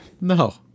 No